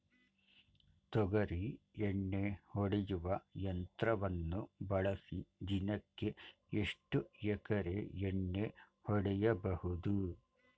ತೊಗರಿ ಎಣ್ಣೆ ಹೊಡೆಯುವ ಯಂತ್ರವನ್ನು ಬಳಸಿ ದಿನಕ್ಕೆ ಎಷ್ಟು ಎಕರೆ ಎಣ್ಣೆ ಹೊಡೆಯಬಹುದು?